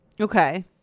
Okay